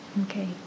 Okay